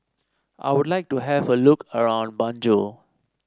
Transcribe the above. I would like to have a look around Banjul